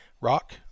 rock